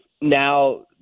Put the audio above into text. now